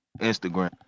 Instagram